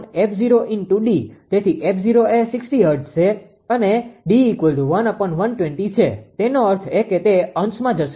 તેથી 𝑓0 એ 60 હર્ટ્ઝ છે અને D1120 છે તેનો અર્થ એ કે તે અંશમાં જશે